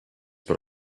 but